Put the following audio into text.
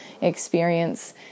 experience